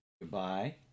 Goodbye